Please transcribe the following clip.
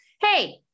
hey